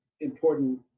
important